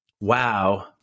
wow